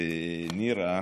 את נירה,